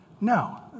No